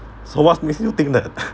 so what's makes you think that